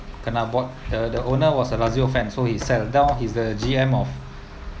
kena bought the the owner was a lazio fan so he sat us down he's the G_M of